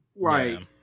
Right